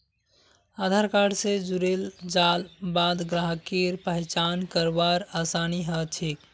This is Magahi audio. आधार कार्ड स जुड़ेल जाल बाद ग्राहकेर पहचान करवार आसानी ह छेक